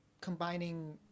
combining